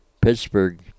Pittsburgh